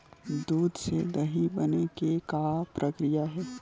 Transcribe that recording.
दूध से दही बने के का प्रक्रिया हे?